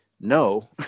no